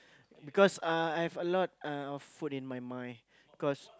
because uh I have a lot uh of food in my mind cause